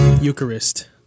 eucharist